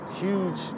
huge